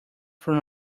from